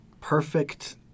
Perfect